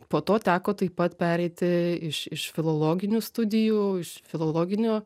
po to teko taip pat pereiti iš iš filologinių studijų iš filologinio